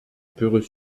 perreux